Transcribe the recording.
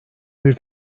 bir